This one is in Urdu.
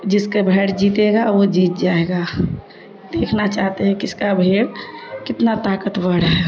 جس کے بھیڑ جیتے گا وہ جیت جائے گا دیکھنا چاہتے ہیں کس کا بھیڑ کتنا طاقتور ہے